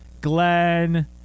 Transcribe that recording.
Glenn